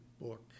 book